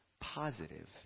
positive